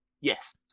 yes